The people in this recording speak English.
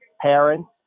parents